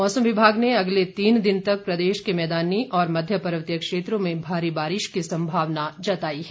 मौसम विभाग ने अगले तीन दिन तक प्रदेश के मैदानी और मध्य पर्वतीय क्षेत्रों में भारी बारिश की संभावना जताई है